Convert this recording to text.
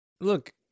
Look